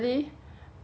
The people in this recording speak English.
可是我现在